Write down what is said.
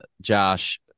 Josh